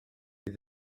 bydd